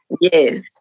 Yes